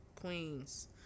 queens